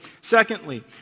Secondly